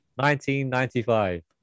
1995